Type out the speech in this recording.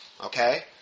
Okay